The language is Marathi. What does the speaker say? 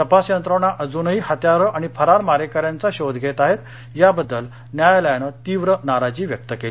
तपास यंत्रणा अजुनही हत्यारं आणि फरार मारेकऱ्यांचा शोध घेत आहेत या बद्दल न्यायालयानं तीव्र नाराजी व्यक्त केली